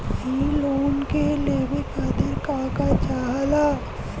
इ लोन के लेवे खातीर के का का चाहा ला?